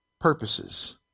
purposes